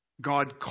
God